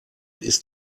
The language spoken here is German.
ist